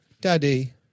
daddy